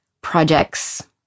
projects